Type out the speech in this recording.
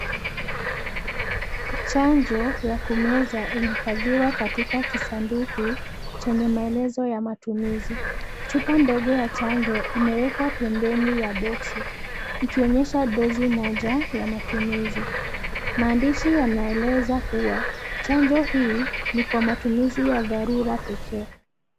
Chanjo ya kumeza imehifadhiwa katika kisanduku chenye maelezo ya matumizi. Chupa ndogo ya chanjo imewekwa pembeni ya boksi ikionyesha dozi moja ya matumizi. Maandishi yanaeleza kuwa chanjo hii ni kwa matumizi ya dharura pekee.